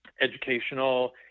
educational